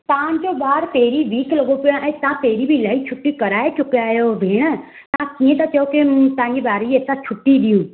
तव्हांजो ॿार पहिरीं वीक लॻो पियो आहे ऐं तव्हां पहिरीं बि इलाही छुट्टी कराई चुकिया आहियो भेण तव्हां कीअं त चओ की तहांखे ॿार खे असां छुटी ॾियूं